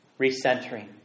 Recentering